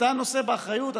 אתה נושא באחריות,